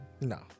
No